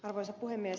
arvoisa puhemies